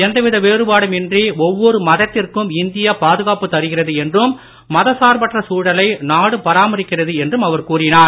எந்தவித வேறுபாடும் இன்றி ஒவ்வொரு மதத்திற்கும் இந்தியா பாதுகாப்பு தருகிறது என்றும் மதசார்பற்ற சூழலை நாடு பராமரிக்கிறது என்றும் அவர் கூறினார்